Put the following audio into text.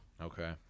Okay